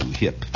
hip